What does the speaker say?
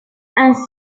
ainsi